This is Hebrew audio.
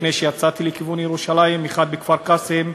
לפני שיצאתי לכיוון ירושלים, אחד בכפר-קאסם,